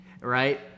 Right